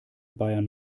bayern